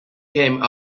came